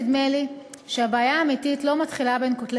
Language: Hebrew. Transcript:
נדמה לי שהבעיה האמיתית לא מתחילה בין כותלי